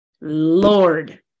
Lord